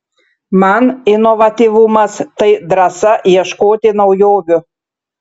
man inovatyvumas tai drąsa ieškoti naujovių